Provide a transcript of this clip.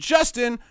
Justin